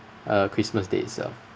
uh christmas day itself